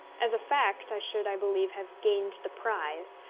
as a fact, i should, i believe, have gained the prize,